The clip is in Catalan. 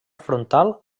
frontal